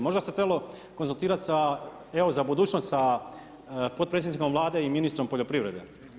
Možda se trebalo konzultirati, evo za budućnost, sa potpredsjednikom vlade i ministrom poljoprivrede.